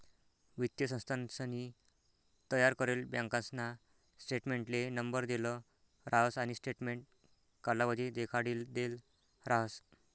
वित्तीय संस्थानसनी तयार करेल बँकासना स्टेटमेंटले नंबर देल राहस आणि स्टेटमेंट कालावधी देखाडिदेल राहस